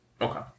Okay